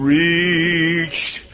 reached